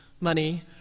money